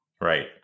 Right